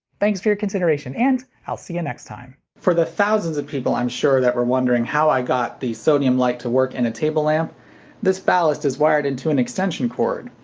thanks for your consideration, and i'll see you next time! for the thousands of people, i'm sure, that were wondering how i got the sodium light to work in a table lamp this ballast is wired into an extension cord.